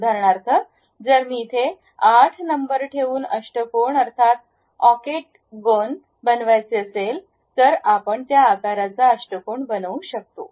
उदाहरणार्थ जर मी तिथे 8 नंबर ठेवून अष्टकोन अर्थात ओकेटगोन बनवायचे असेल तर आपण त्या आकाराचा अष्टकोन बनवू शकतो